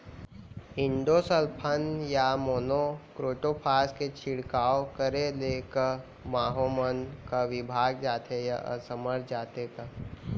Endosulfan या monocrotophos के छिड़काव करे ले क माहो मन का विभाग जाथे या असमर्थ जाथे का?